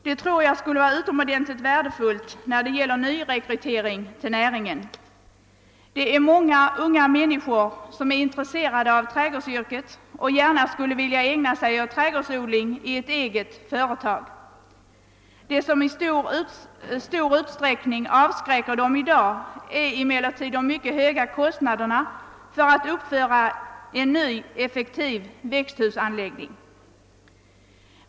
Det tror jag skulle vara utomordentligt värdefullt för nyrekryteringen till näringen. Det är många unga människor, som är intresserade av trädgårdsodlaryrket och gärna skulle vilja ägna sig åt trädgårdsodling i ett eget företag. Vad som i dag i stor utsträckning avskräcker dem är de mycket höga kostnaderna för att uppföra en ny, effektiv växthusanläggning.